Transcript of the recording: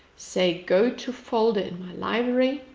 say, go to folder in my library.